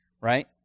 right